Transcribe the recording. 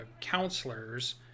counselors